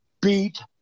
beat